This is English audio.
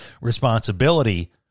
responsibility